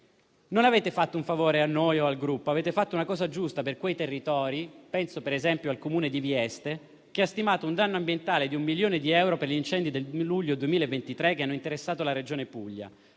Non avete fatto un favore a noi o al Gruppo, ma avete fatto una cosa giusta per territori come ad esempio il Comune di Vieste, che ha stimato un danno ambientale di 1 milione di euro per gli incendi del luglio 2023 che hanno interessato la Regione Puglia.